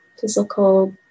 physical